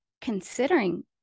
considering